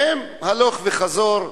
והם הלוך וחזור,